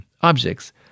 objects